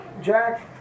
Jack